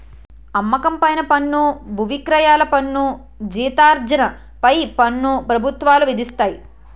అమ్మకం పైన పన్ను బువిక్రయాల పన్ను జీతార్జన పై పన్ను ప్రభుత్వాలు విధిస్తాయి